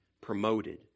promoted